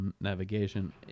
navigation